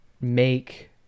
make